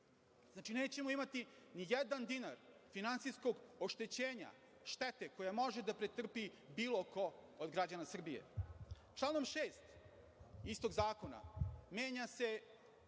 Znači, nećemo imati nijedan dinar finansijskog oštećenja štete koju može da pretrpi bilo ko od građana Srbije. Članom 6. istog zakona menja se